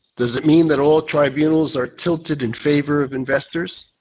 does it mean that all tribunals are tilted in favour of investors?